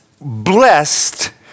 blessed